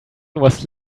was